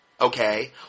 Okay